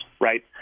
right